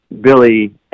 Billy